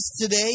today